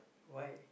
why